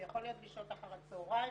זה יכול להיות פגישות אחר הצהריים,